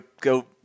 go